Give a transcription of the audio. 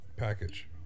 package